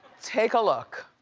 take a look.